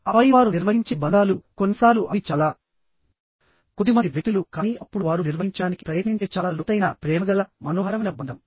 ఆపై వారు నిర్వహించే బంధాలు కొన్నిసార్లు అవి చాలా కొద్దిమంది వ్యక్తులు కానీ అప్పుడు వారు నిర్వహించడానికి ప్రయత్నించే చాలా లోతైన ప్రేమగల మనోహరమైన బంధం